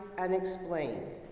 and explain.